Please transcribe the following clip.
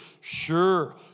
Sure